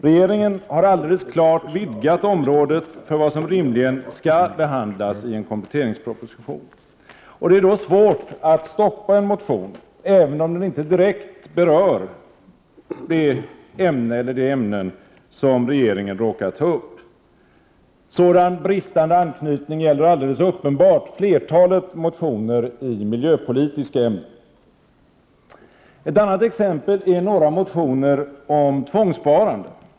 Regeringen har alldeles klart vidgat området för vad som rimligen skall behandlas i en kompletteringsproposition. Det är då svårt att stoppa en motion, även om den inte direkt berör de ämnen som regeringen råkat ta upp. Sådan bristande anknytning gäller alldeles uppenbart flertalet motioner i miljöpolitiska ämnen. Ett annat exempel är några motioner om tvångssparande.